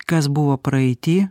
kas buvo praeity